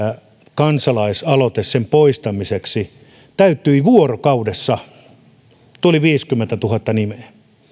kansalaisaloite käyttövoimaveron poistamiseksi täyttyi vuorokaudessa tuli viisikymmentätuhatta nimeä